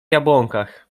jabłonkach